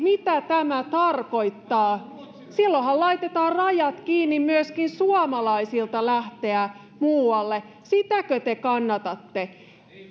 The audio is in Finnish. mitä tämä tarkoittaa silloinhan laitetaan rajat kiinni myöskin suomalaisilta lähteä muualle sitäkö te kannatatte